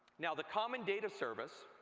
now, the common data service,